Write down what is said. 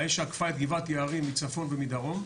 האש עקפה את גבעת יערים מצפון ומדרום,